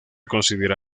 considera